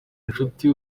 inshuti